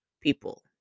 people